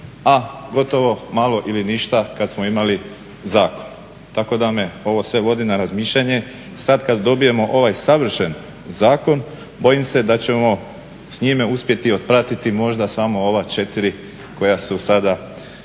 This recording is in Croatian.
a gotovom malo ili ništa kad smo imali zakon. Tako da me sve ovo vodi na razmišljanje. Sad kad dobijemo ovaj savršen zakon bojim se da ćemo s njime uspjeti otpratiti možda samo ova 4 koja su sada